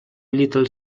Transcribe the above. little